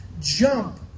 Jump